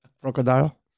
Crocodile